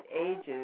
ages